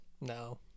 No